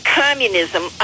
communism